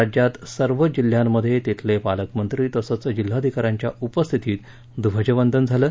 राज्यात सर्व जिल्ह्यांमध्ये तिथले पालकमंत्री तसंच जिल्हाधिका यांच्या उपस्थितीत ध्वजवंदन झालं